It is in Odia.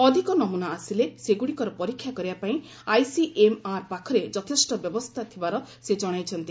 ଅଧିକ ନମୂନା ଆସିଲେ ସେଗୁଡ଼ିକର ପରୀକ୍ଷା କରିବା ପାଇଁ ଆଇସିଏମ୍ଆର୍ ପାଖରେ ଯଥେଷ୍ଟ ବ୍ୟବସ୍ଥା ଥିବାର ସେ ଜଣାଇଛନ୍ତି